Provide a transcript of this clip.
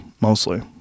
mostly